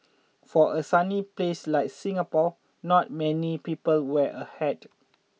for a sunny place like Singapore not many people wear a hat